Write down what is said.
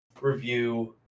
review